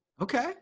Okay